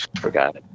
forgot